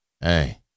Hey